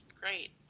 great